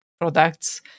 products